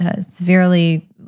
severely